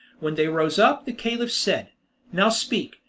when they rose up, the caliph said now speak.